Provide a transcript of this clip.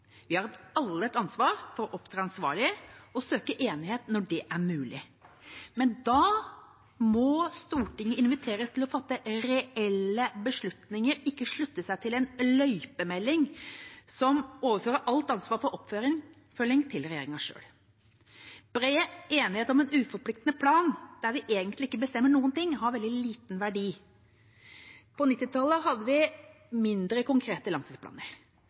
Vi har alle et ansvar for å opptre ansvarlig og søke enighet når det er mulig. Men da må Stortinget inviteres til å fatte reelle beslutninger, ikke til å slutte seg til en løypemelding som overfører alt ansvar for oppfølging til regjeringa selv. Bred enighet om en uforpliktende plan der vi egentlig ikke bestemmer noen ting, har veldig liten verdi. På 1990-tallet hadde vi mindre konkrete langtidsplaner.